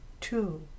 Two